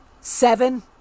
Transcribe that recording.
Seven